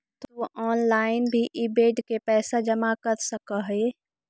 तु ऑनलाइन भी इ बेड के पइसा जमा कर सकऽ हे